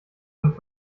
von